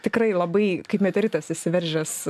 tikrai labai kaip meteoritas išsiveržęs